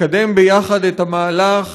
לקדם יחד את המהלך